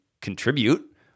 contribute